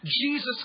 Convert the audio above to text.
Jesus